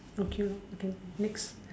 okay lor okay next